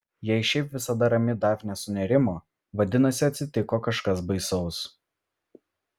jei šiaip visada rami dafnė sunerimo vadinasi atsitiko kažkas baisaus